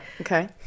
okay